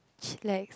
cheat legs